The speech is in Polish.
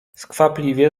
skwapliwie